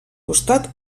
costat